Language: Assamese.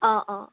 অঁ অঁ